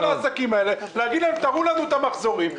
העסקים האלה ולהגיד להם: תראו לנו את המחזורים?